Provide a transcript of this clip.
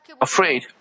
afraid